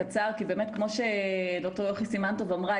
כמו שד"ר יוכי סימן טוב אמרה,